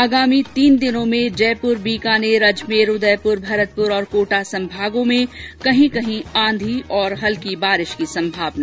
आगामी तीन दिनों में जयपुर बीकानेर अजमेर उदयपुर भरतपुर और कोटा संभागों में कहीं कहीं आंधी और हल्की बारिश की संभावना